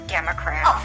Democrat